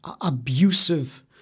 abusive